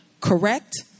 correct